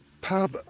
Pub